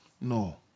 No